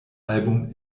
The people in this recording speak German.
album